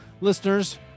listeners